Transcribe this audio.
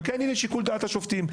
וכן יהיה שיקול דעת השופטים,